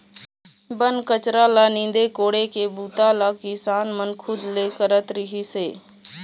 बन कचरा ल नींदे कोड़े के बूता ल किसान मन खुद ले करत रिहिस हे